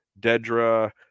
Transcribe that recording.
dedra